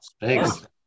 Thanks